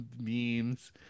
memes